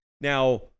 Now